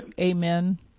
amen